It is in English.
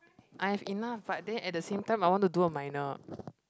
I have enough but then at the same time I want to do a minor